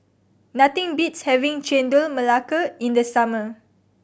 nothing beats having Chendol Melaka in the summer